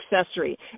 accessory